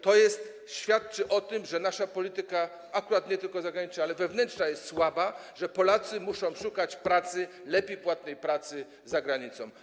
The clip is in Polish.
To świadczy o tym, że nasza polityka, akurat nie tylko zagraniczna, ale i wewnętrzna, jest słaba, że Polacy muszą szukać lepiej płatnej pracy za granicą.